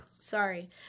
Sorry